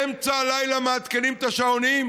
באמצע הלילה מעדכנים את השעונים,